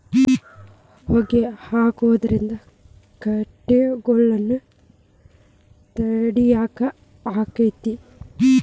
ಹೊಗಿ ಹಾಕುದ್ರಿಂದ ಕೇಟಗೊಳ್ನ ತಡಿಯಾಕ ಆಕ್ಕೆತಿ?